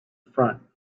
front